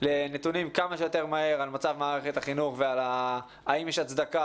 לנתונים כמה שיותר מהר על מצב מערכת החינוך והאם יש הצדקה